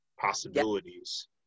possibilities